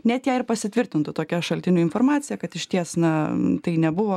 net jei ir pasitvirtintų tokia šaltinių informacija kad išties na tai nebuvo